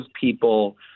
people